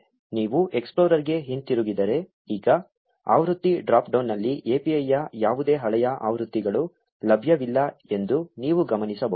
ನೀವು ಎಕ್ಸ್ಪ್ಲೋರರ್ಗೆ ಹಿಂತಿರುಗಿದರೆ ಈಗ ಆವೃತ್ತಿ ಡ್ರಾಪ್ಡೌನ್ನಲ್ಲಿ API ಯ ಯಾವುದೇ ಹಳೆಯ ಆವೃತ್ತಿಗಳು ಲಭ್ಯವಿಲ್ಲ ಎಂದು ನೀವು ಗಮನಿಸಬಹುದು